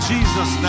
Jesus